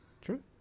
True